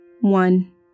One